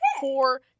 four